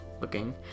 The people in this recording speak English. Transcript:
looking